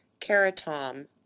keratom